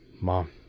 Mom